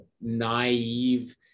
naive